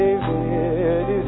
David